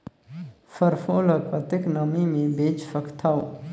सरसो ल कतेक नमी मे बेच सकथव?